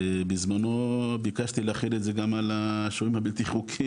בזמנו ביקשתי לאחד את זה, גם לשוהים הבלתי חוקיים.